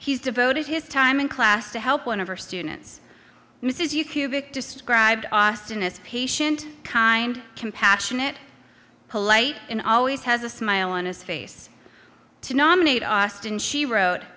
he's devoted his time in class to help one of her students misses you kubik described austin as patient kind compassionate polite and always has a smile on his face to nominate austin she wrote